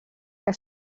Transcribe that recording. que